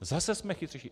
Zase jsme chytřejší.